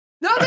No